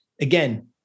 again